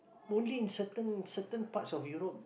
only in certain certain parts of Europe